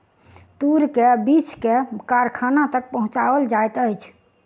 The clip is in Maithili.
तूर के बीछ के कारखाना तक पहुचौल जाइत अछि